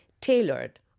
tailored